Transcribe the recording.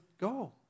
go